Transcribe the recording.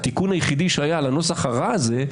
התיקון היחיד שהיה על הנוסח הרע הזה,